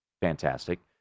fantastic